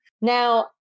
Now